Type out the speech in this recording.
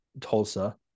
Tulsa